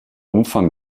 umfang